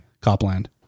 Copland